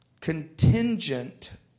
contingent